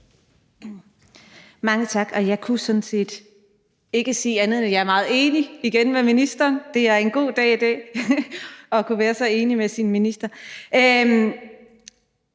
Mange tak. Jeg kan sådan set ikke sige andet, end at jeg igen er meget enig med ministeren. Det er en god dag i dag at kunne være så enig med sin minister.